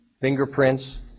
fingerprints